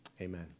amen